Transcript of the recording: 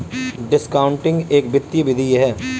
discounting एक वित्तीय विधि है